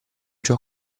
giù